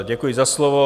Děkuji za slovo.